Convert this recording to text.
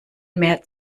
mehr